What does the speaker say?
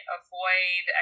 avoid